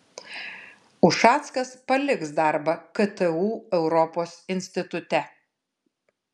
ušackas paliks darbą ktu europos institute